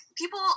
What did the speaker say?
people